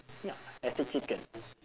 ya as the chicken